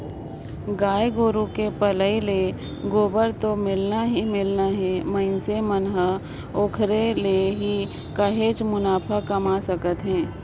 गाय गोरु के पलई ले गोबर तो मिलना ही मिलना हे मइनसे मन ह ओखरे ले ही काहेच मुनाफा कमा सकत हे